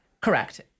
Correct